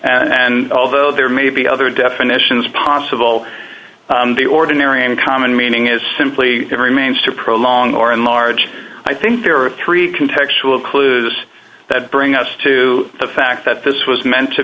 and although there may be other definitions possible the ordinary and common meaning is simply it remains to prolong or in large i think there are three can textual clues that bring us to the fact that this was meant to